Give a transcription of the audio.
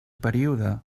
període